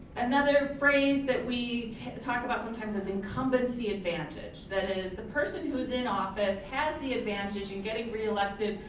another phrase that we talk about sometimes is incumbency advantage, that is, the person who's in office has the advantage in getting reelected,